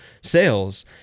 sales